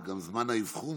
זה גם זמן האבחון,